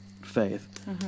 faith